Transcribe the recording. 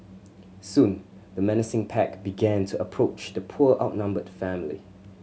soon the menacing pack began to approach the poor outnumbered family